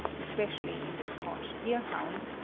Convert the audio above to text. especially in the scotch deer-hound,